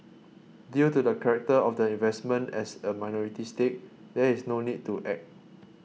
due to the character of the investment as a minority stake there is no need to act